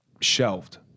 shelved